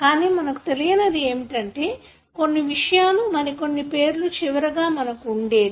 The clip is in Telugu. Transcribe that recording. కానీ మనకు తెలియనిది ఏమిటంటే కొన్ని విషయాలు మరికొన్ని పేర్లు చివరగా మనకు ఉండేది